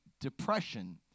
depression